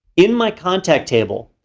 in my contact table,